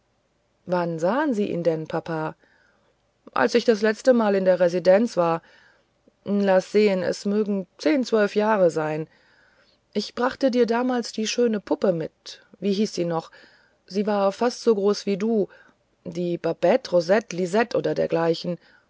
wann sahen sie ihn denn papa als ich das letztemal in der residenz war laß sehen es mögen zehn zwölf jahre sein ich brachte dir damals die schöne puppe mit wie hieß sie doch sie war fast so groß wie du die babette rosette lisette oder dergleichen